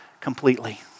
completely